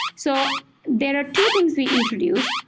so there are two things we introduced.